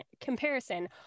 comparison